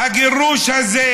הגירוש הזה,